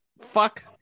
Fuck